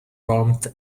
warmth